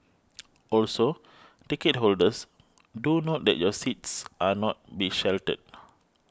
also ticket holders do note that your seats are not be sheltered